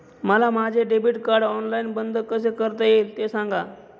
मला माझे debit card online बंद कसे करता येईल, ते सांगा